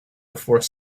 before